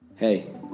Hey